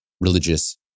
religious